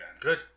Good